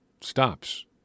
stops